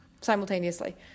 simultaneously